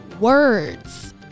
words